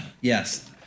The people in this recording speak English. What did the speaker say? Yes